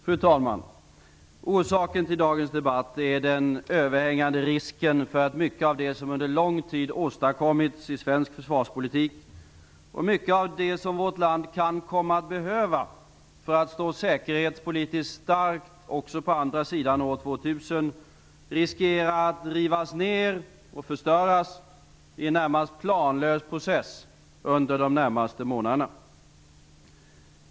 Fru talman! Orsaken till dagens debatt är den överhängande risken för att mycket av det som under lång tid åstadkommits i svensk försvarspolitik förstörs och att mycket av det som vårt land kan komma att behöva för att stå säkerhetspolitiskt starkt också på andra sidan år 2000 riskerar att rivas ner och förstöras i en närmast planlös process under de närmaste månaderna.